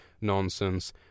nonsense